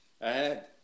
ahead